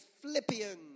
Philippians